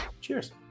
Cheers